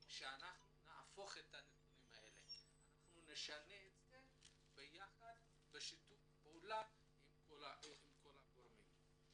שאנחנו נהפוך ונשנה את הנתונים האלה ביחד בשיתוף פעולה עם כל הגורמים.